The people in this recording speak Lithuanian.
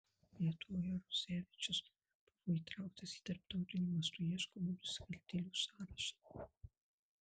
lietuvoje rodzevičius buvo įtrauktas į tarptautiniu mastu ieškomų nusikaltėlių sąrašą